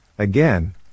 Again